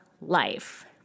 life